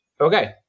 okay